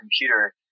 computer